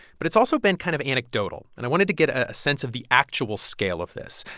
but it's also been kind of anecdotal, and i wanted to get a sense of the actual scale of this.